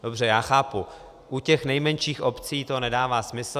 Dobře, já chápu, u těch nejmenších obcí to nedává smysl.